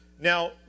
Now